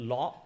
Law